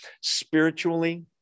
spiritually